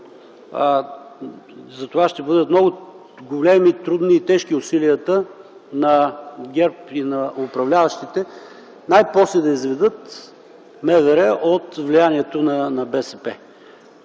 Затова ще бъдат много големи, трудни и тежки усилията на ГЕРБ, на управляващите най-после да изведат МВР от влиянието на БСП.